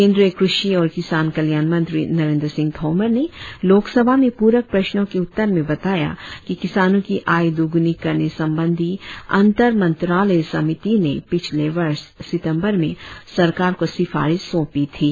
केंद्रीय कृषि और किसान कल्याण मंत्री नरेंद्र सिंह तोमर ने लोकसभा में पूरक प्रश्नों के उत्तर में बताया कि किसानों की आय दुगुनी करने संबंधी अंतर मंत्रालय समिति ने पिछले वर्ष सितंबर में सरकार को सिफारिश सौंपी थीं